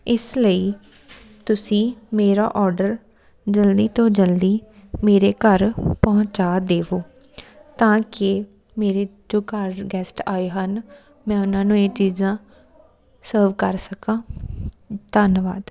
ਇਸ ਲਈ ਤੁਸੀਂ ਮੇਰਾ ਔਡਰ ਜਲਦੀ ਤੋਂ ਜਲਦੀ ਮੇਰੇ ਘਰ ਪਹੁੰਚਾ ਦੇਵੋ ਤਾਂ ਕਿ ਮੇਰੇ ਜੋ ਘਰ ਗੈਸਟ ਆਏ ਹਨ ਮੈਂ ਉਹਨਾਂ ਨੂੰ ਇਹ ਚੀਜ਼ਾਂ ਸਰਵ ਕਰ ਸਕਾਂ ਧੰਨਵਾਦ